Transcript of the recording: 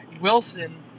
Wilson